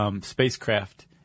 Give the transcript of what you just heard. spacecraft